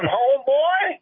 homeboy